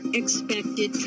expected